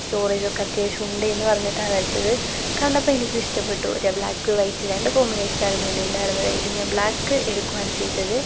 storage ഒക്കെ അത്യാവശ്യം ഉണ്ട് എന്ന് പറഞ്ഞിട്ടാണ് എടുത്തത് കണ്ടപ്പോൾ എനിക്കു ഇഷ്ട്ടപ്പെട്ടു ബ്ലാക്ക് വൈറ്റ് രണ്ട് കോമ്പിനേഷനായിരുന്നു അതിൽ ഉണ്ടായിരുന്നത് അതിൽ ഞാൻ ബ്ലാക്ക് എടുക്കുവാണ് ചെയ്തത്